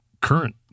current